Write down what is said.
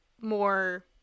more